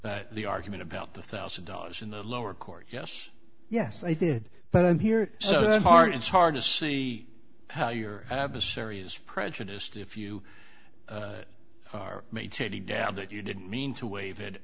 but the argument about the thousand dollars in the lower court yes yes i did but i'm here so hard it's hard to see how your adversary is prejudiced if you are maintaining dad that you didn't mean to waive